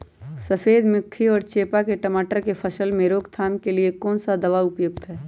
सफेद मक्खी व चेपा की टमाटर की फसल में रोकथाम के लिए कौन सा दवा उपयुक्त है?